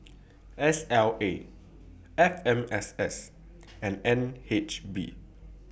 S L A F M S S and N H B